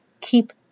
keep